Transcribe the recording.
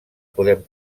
podem